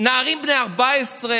נערים בני 14,